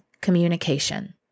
communication